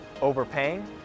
overpaying